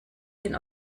den